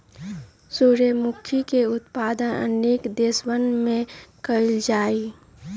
सूर्यमुखी के उत्पादन अनेक देशवन में कइल जाहई